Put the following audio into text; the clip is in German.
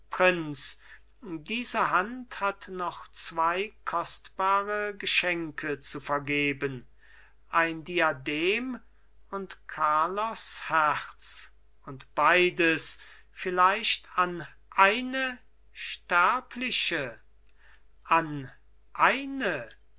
prinz diese hand hat noch zwei kostbare geschenke zu vergeben ein diadem und carlos herz und beides vielleicht an eine sterbliche an eine